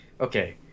Okay